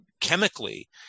chemically